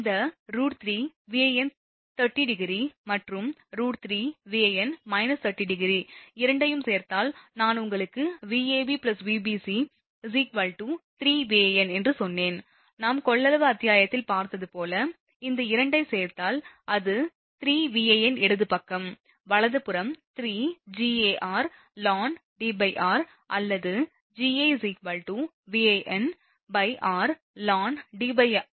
இந்த √3Van∠30° மற்றும் √3Van∠ 30° இரண்டையும் சேர்த்தால் நான் உங்களுக்கு Vab Vbc 3 Van என்று சொன்னேன் நாம் கொள்ளளவு அத்தியாயத்தில் பார்த்தது போல இந்த 2 ஐச் சேர்த்தால் அது 3 Van இடப்பக்கம் வலது புறம் 3Gar ln Dr அல்லது Ga Vanr ln Dr ஆக மாறும்